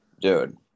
Dude